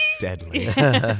deadly